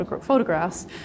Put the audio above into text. photographs